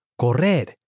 correr